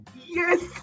yes